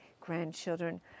grandchildren